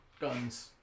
Guns